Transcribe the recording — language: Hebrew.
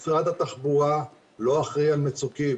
משרד התחבורה לא אחראי על מצוקים,